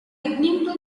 beginning